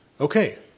Okay